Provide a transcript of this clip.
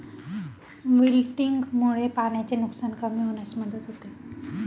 विल्टिंगमुळे पाण्याचे नुकसान कमी होण्यास मदत होते